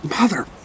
Mother